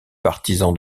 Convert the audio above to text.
partisan